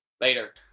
Later